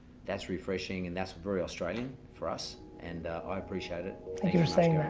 that's refreshing and that's very australian, for us. and i appreciate it. thank you for saying that.